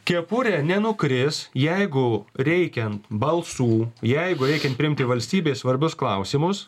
kepurė nenukris jeigu reikiant balsų jeigu reikia priimti valstybei svarbius klausimus